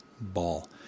ball